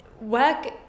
work